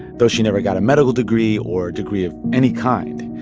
though she never got a medical degree or degree of any kind.